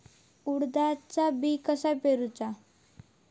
उडदाचा बिया कसा पेरूचा?